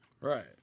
Right